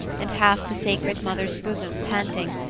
and half the sacred mother's bosom, panting,